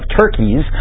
turkeys